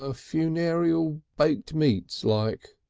ah funerial baked meats like,